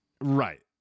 Right